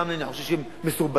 חלקם אני חושב שהם מסורבלים,